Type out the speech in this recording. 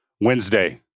Wednesday